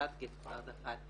חברת גיפט כארד אחת.